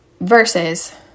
Versus